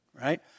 right